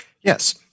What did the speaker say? Yes